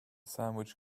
sandwich